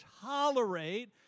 tolerate